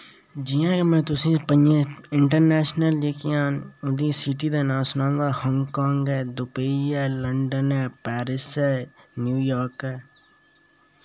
जि'यां के में तुसें गी प'ञें इंटरनैशनल जेह्कियां न उं'दी सिटी दे नांऽ सनागा हांगकांग ऐ दुबई ऐ लंदन ऐ पैरिस ऐ न्यू यार्क ऐ